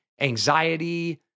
anxiety